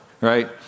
right